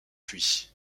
fuit